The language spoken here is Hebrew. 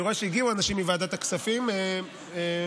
אני רואה שהגיעו אנשים מוועדת הכספים, מירב,